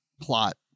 plot